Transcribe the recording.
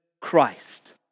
Christ